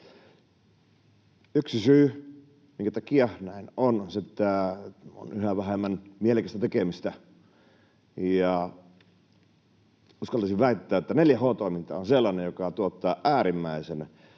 Yksi syy, minkä takia näin on, on se, että on yhä vähemmän mielekästä tekemistä. Ja uskaltaisin väittää, että 4H-toiminta on sellainen, joka tuottaa äärimmäisen